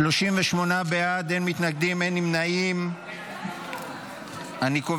(תיקון, הגבלת עמלת ערבות בנקאית שמובטחת